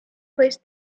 placed